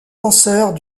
penseurs